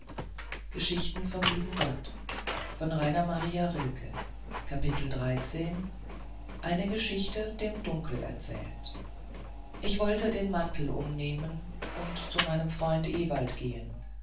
eine geschichte dem dunkel erzählt ich wollte den mantel umnehmen und zu meinem freunde ewald gehen